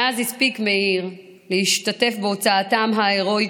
מאז הספיק מאיר להשתתף בהוצאתם ההרואית